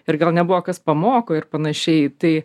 ir gal nebuvo kas pamoko ir panašiai tai